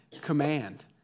command